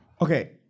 Okay